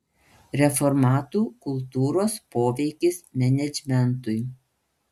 reformatų kultūros poveikis menedžmentui